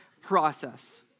process